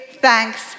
thanks